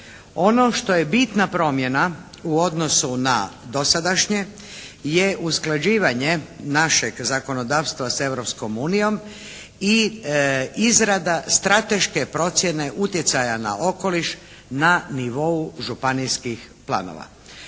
Ono što je bitna promjena u odnosu na dosadašnje je usklađivanje našeg zakonodavstva sa Europskom unijom i izrada strateške procjene utjecaja na okoliš na nivou županijskih planova.